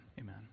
amen